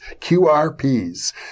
QRPs